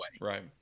right